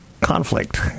conflict